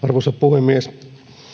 arvoisa puhemies